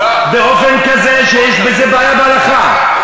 באופן כזה שיש בזה בעיה בהלכה,